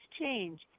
change